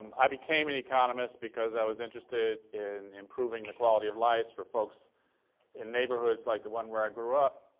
i became an economist because i was interested in improving the quality of lives for folks in neighborhoods like the one where i grew up,